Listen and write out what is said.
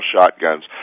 shotguns